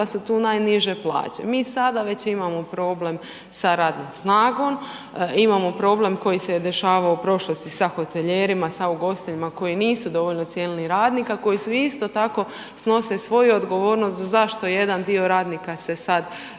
da su tu najniže plaće. Mi sada već imamo problem sa radnom snagom. Imamo problem koji se je dešavao u prošlosti sa hotelijerima, sa ugostiteljima koji nisu dovoljno cijenili radnika koji isto tako snose svoju odgovornost zašto jedan dio radnika se sada